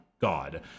God